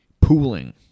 pooling